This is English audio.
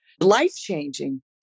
life-changing